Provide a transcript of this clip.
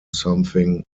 something